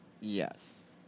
Yes